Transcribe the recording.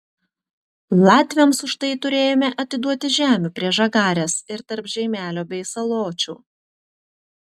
latviams už tai turėjome atiduoti žemių prie žagarės ir tarp žeimelio bei saločių